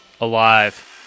alive